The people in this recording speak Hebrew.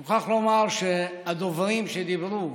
אני מוכרח לומר שהדוברים שדיברנו